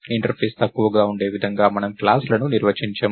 interface తక్కువగా ఉండే విధంగా మనము క్లాస్ లను నిర్వచించాము